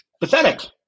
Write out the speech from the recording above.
Pathetic